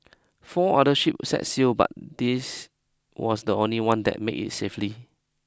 four other ships set sail but this was the only one that made it safely